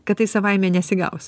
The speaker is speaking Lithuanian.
kad tai savaime nesigaus